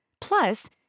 Plus